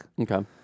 Okay